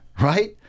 right